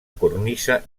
cornisa